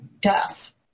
death